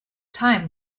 time